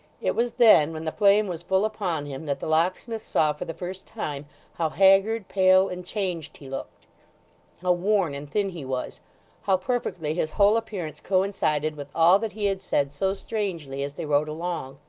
it was then, when the flame was full upon him, that the locksmith saw for the first time how haggard, pale, and changed he looked how worn and thin he was how perfectly his whole appearance coincided with all that he had said so strangely as they rode along.